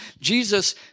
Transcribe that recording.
Jesus